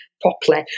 properly